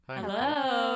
Hello